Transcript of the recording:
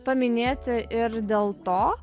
paminėti ir dėl to